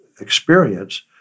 experience